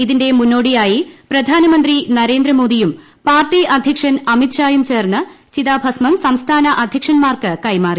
ഇതിന്റെ മുന്നോടിയായി പ്രധാനമന്ത്രി നരേന്ദ്രമോദിയും പാർട്ടി അധ്യക്ഷൻ അമിത് ഷായും ചേർന്ന് ചിതാഭസ്മം സംസ്ഥാന അധ്യക്ഷന്മാർക്ക് കൈമാറി